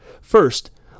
First